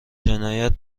جنایت